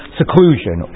seclusion